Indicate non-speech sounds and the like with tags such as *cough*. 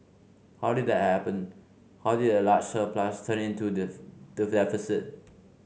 how did that happen how did a large surplus turn into *unintelligible*